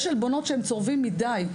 יש עלבונות שהם צורבים מידי.